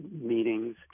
meetings